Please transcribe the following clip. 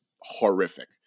horrific